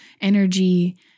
energy